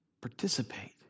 participate